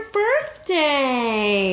birthday